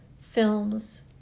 films